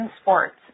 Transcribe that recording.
Sports